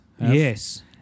Yes